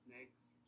Next